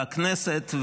והכנסת,